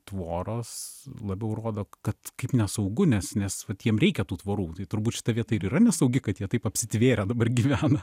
tvoros labiau rodo kad kaip nesaugu nes nes vat jiem reikia tų tvorų tai turbūt šita vieta ir yra nesaugi kad jie taip apsitvėrę dabar gyvena